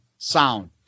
sound